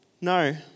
No